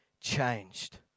changed